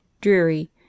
dreary